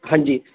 हाँ जी